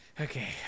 Okay